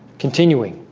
continuing